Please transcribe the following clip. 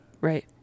right